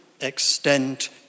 extent